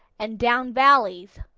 and down valleys.